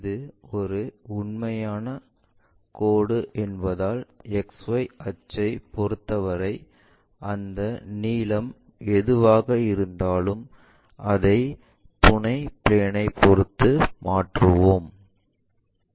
இது ஒரு உண்மையான கோடு என்பதால் XY அச்சைப் பொறுத்தவரை அந்த நீளம் எதுவாக இருந்தாலும் அதை இந்த துணை பிளேன் ஐ பொருத்து மாற்றுவோம்